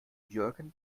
jürgen